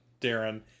Darren